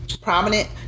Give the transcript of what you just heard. prominent